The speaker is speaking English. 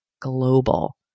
Global